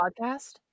podcast